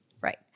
right